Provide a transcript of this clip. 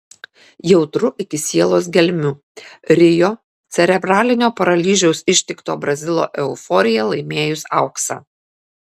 jautru iki sielos gelmių rio cerebrinio paralyžiaus ištikto brazilo euforija laimėjus auksą